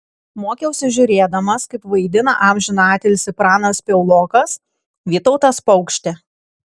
mokiausi žiūrėdamas kaip vaidina amžiną atilsį pranas piaulokas vytautas paukštė